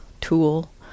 tool